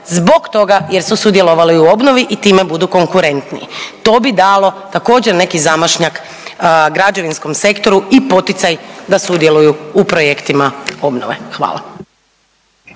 zbog toga jer su sudjelovali u obnovi i time budu konkurentni. To bi dalo također neki zamašnjak građevinskom sektoru i poticaj da sudjeluju u projektima obnove. Hvala.